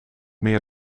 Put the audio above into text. meer